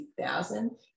2000